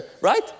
Right